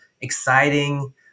exciting